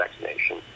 vaccination